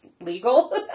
legal